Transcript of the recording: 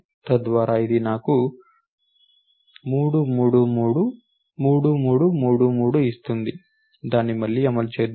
తద్వారా ఇది నాకు 3 3 3 3 3 3 3 ఇస్తుంది దాన్ని మళ్లీ అమలు చేద్దాం